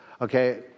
Okay